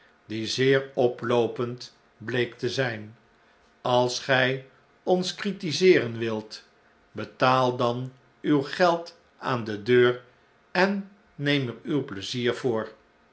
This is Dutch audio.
die zeer oploopend bleek te zijn als gij ons critiseeren wilt betaal dan uw geld aan de deur en neem er uw pleizier voor